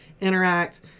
interact